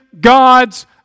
God's